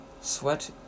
Sweat